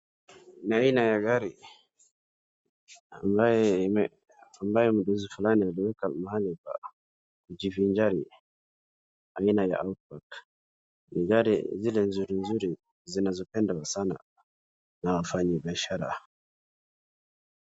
Ni aina ya gari ambaye mdosi fulani ameweka mahali pa kujivinjari. Ni gari zile nzuri nzuri zenye zinapendwa sana na wafanyibiashara.